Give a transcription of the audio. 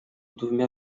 двумя